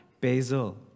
Basil